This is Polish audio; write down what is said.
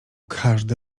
każdy